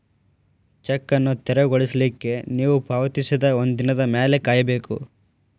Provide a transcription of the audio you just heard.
check ಅನ್ನು ತೆರವುಗೊಳಿಸ್ಲಿಕ್ಕೆ ನೇವು ಪಾವತಿಸಿದ ಒಂದಿನದ್ ಮ್ಯಾಲೆ ಕಾಯಬೇಕು